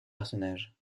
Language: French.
personnages